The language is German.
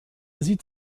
sie